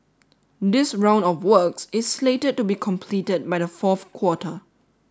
this round of works is slated to be completed by the fourth quarter